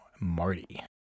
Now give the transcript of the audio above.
Marty